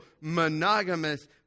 monogamous